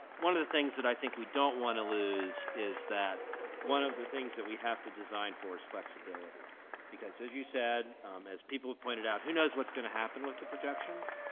one of the things that i think we don't want to lose is that one of the things that we have to design for is flexibility because as you said as people have pointed out who knows what's going to happen with the projections